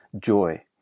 joy